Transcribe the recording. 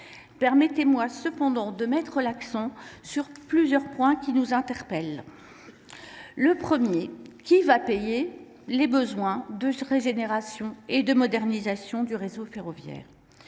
Permettez moi cependant de mettre l’accent sur plusieurs points qui nous posent question. Qui paiera les besoins de régénération et de modernisation du réseau ferroviaire ?